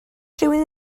rhywun